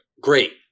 Great